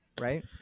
right